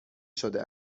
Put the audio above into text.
شده